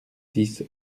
six